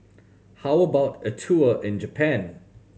how about a tour in Japan